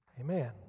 Amen